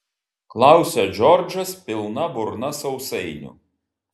klausia džordžas pilna burna sausainių